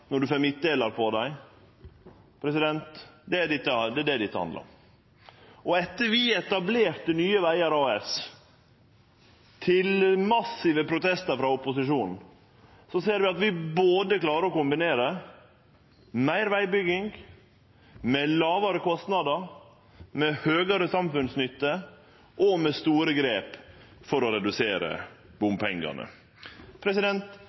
når ein får midtdelar på dei – det er det dette handlar om. Etter at vi etablerte Nye Veier AS, til massive protestar frå opposisjonen, ser vi at vi klarar å kombinere meir vegbygging med både lågare kostnadar, høgare samfunnsnytte – og med store grep for å redusere